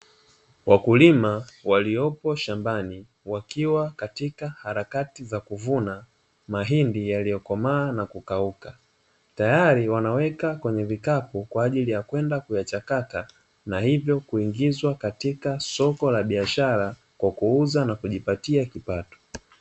Wakulima waliopo shambani wakiwa katika harakati za kuvuna mahindi yaliyokomaa na kukauka. Tayari wanaweka kwenye vikapu kwa ajili ya kwenda kuyachakata na hivyo kuingizwa katika soko la biashara kwa kuuza na kujipatia kipato.